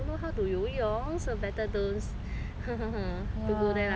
hehehe don't go there lah !huh!